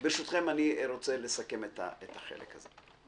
ברשותכם, אני רוצה לסכם את החלק הזה.